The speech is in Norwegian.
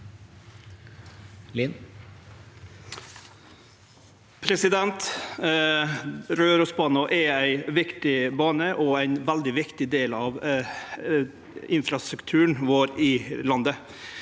Rørosbanen er ei vik- tig bane, og ein veldig viktig del av infrastrukturen i landet.